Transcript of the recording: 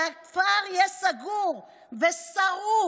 שהכפר יהיה סגור ושרוף.